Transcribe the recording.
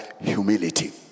humility